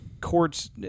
courts